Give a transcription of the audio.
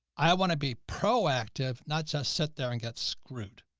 i want to be proactive, not just sit there and get screwed.